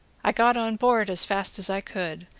i got on board as fast as i could,